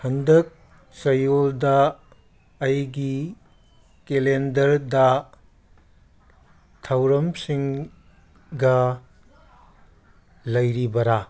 ꯍꯟꯗꯛ ꯆꯌꯣꯜꯗ ꯑꯩꯒꯤ ꯀꯦꯂꯦꯟꯗꯔꯗ ꯊꯧꯔꯝꯁꯤꯡꯒ ꯂꯩꯔꯤꯕꯔꯥ